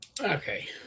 Okay